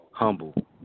Humble